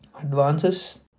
Advances